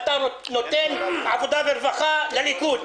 ואתה נותן את ועדת העבודה והרווחה לליכוד.